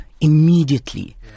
Immediately